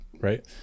right